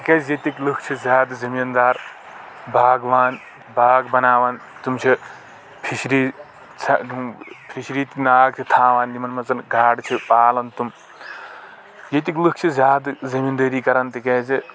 تِکیٛازِ ییٚتِکۍ لُکھ چھ زیٛادٕ زمیٖندار باغوان باغ بناون تِم چھ فِشری فشری ناگ تہِ تھاوان یِمن منٛز گاڈٕ چھ پالان تِم ییٚتِکۍ لکھ چھ زیٛادٕ زمیٖندأری کران تِکیٛازِ